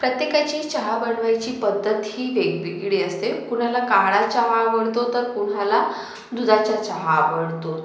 प्रत्येकाची चहा बनवायची पद्धत ही वेगवेगळी असते कुणाला काळा चहा आवडतो तर कुणाला दुधाचा चहा आवडतो